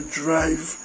drive